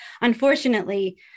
Unfortunately